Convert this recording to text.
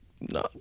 no